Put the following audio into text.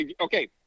okay